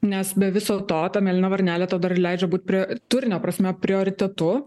nes be viso to ta mėlyna varnelė tau dar ir leidžia būti prie turinio prasme prioritetu